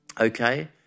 Okay